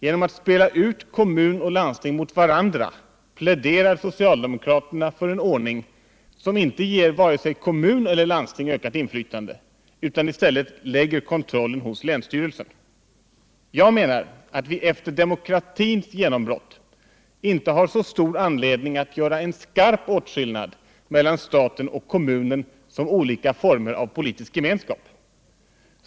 Genom att spela ut kommun och landsting mot varandra pläderar socialdemokraterna för en ordning som inte ger vare sig kommun eller landsting ökat inflytande utan i stället lägger kontrollen hos länsstyrelsen. Jag menar att vi efter demokratins genombrott inte har så stor anledning att göra en skarp åtskillnad mellan staten och kommunerna som mellan olika former av politisk gemenskap.